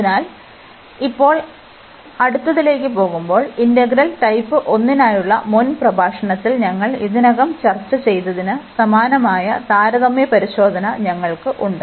അതിനാൽ ഇപ്പോൾ അടുത്തതിലേക്ക് പോകുമ്പോൾ ഇന്റഗ്രൽ ടൈപ്പ് 1 നായുള്ള മുൻ പ്രഭാഷണത്തിൽ ഞങ്ങൾ ഇതിനകം ചർച്ച ചെയ്തതിന് സമാനമായ താരതമ്യ പരിശോധന ഞങ്ങൾക്ക് ഉണ്ട്